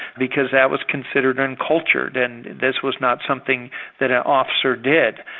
because that was considered uncultured, and this was not something that an officer did.